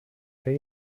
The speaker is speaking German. hey